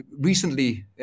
recently